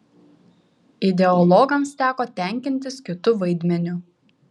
ideologams teko tenkintis kitu vaidmeniu